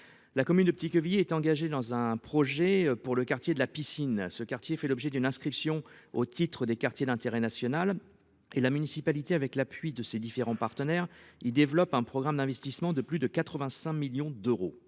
commune est engagée dans un projet pour le quartier de la Piscine, qui fait l'objet d'une inscription au titre des quartiers d'intérêt national. La municipalité, avec l'appui de ses différents partenaires, développe un programme d'investissement de plus de 85 millions d'euros.